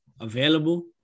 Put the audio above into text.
available